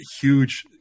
Huge